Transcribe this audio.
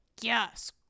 yes